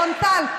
אלון טל,